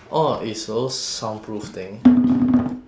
oh is those soundproof thing